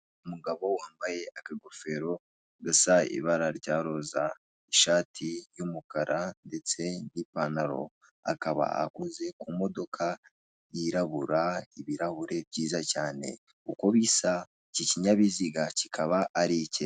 Umugabo wambaye akagofero gasa ibara rya roza, ishati y'umukara ndetse n'ipantaro, akaba akoze ku modoka yirabura, ibirahure byiza cyane uko bisa iki kinyabiziga kikaba ari ike.